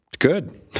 good